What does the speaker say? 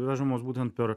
vežamos būtent per